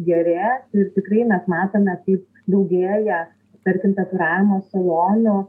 gerės ir tikrai mes matome kaip daugėja tarkim tatuiravimo salonų